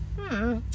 Hmm